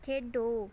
ਖੇਡੋ